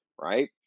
Right